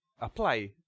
apply